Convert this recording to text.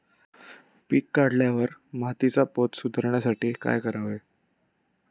पीक काढल्यावर मातीचा पोत सुधारण्यासाठी काय करावे?